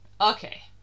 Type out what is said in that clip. Okay